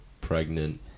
pregnant